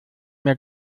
mehr